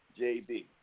JB